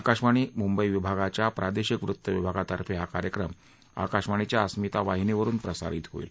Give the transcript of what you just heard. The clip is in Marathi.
आकाशवाणी मुंबई विभागाच्या प्रादेशिक वृत्तविभागातर्फे हा कार्यक्रम आकाशवाणीच्या अस्मिता वाहिनीवरुन प्रसारित होईल